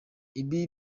ibi